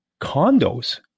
condos